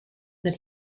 that